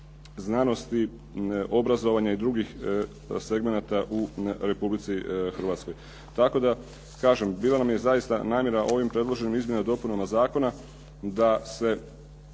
znanosti, obrazovanja i drugih segmenata u Republici Hrvatskoj. Tako da, kažem bilo nam je zaista namjera ovim predloženim izmjenama i dopunama zakona da se